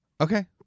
Okay